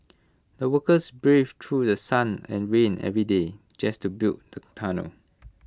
the workers braved through The Sun and rain every day just to build tunnel